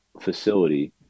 facility